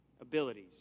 abilities